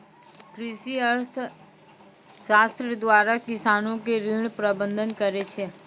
कृषि अर्थशास्त्र द्वारा किसानो के ऋण प्रबंध करै छै